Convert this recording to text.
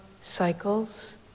cycles